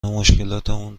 مشکلاتمون